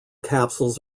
capsules